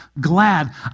glad